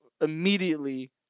immediately